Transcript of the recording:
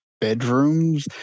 bedrooms